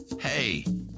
hey